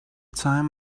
time